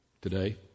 today